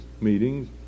meetings